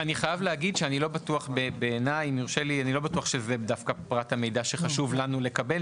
אני חייב להגיד שאני לא בטוח שזהו דווקא פרט המידע שחשוב לנו לקבל,